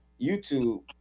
YouTube